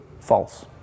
false